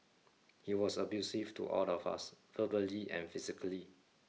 he was abusive to all of us verbally and physically